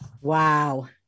Wow